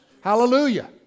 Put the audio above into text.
Hallelujah